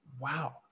Wow